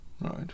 Right